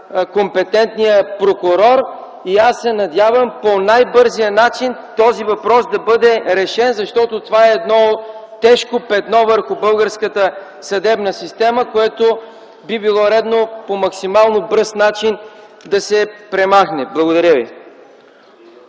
компетентния прокурор. Надявам се по най-бързия начин този въпрос да бъде решен, защото това е едно тежко петно върху българската съдебна система, което би било редно да се премахне по максимално бърз начин. Благодаря ви.